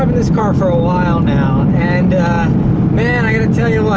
um this car for a while now, and man, i gotta tell you what,